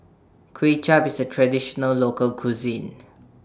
Kuay Chap IS A Traditional Local Cuisine